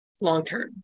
long-term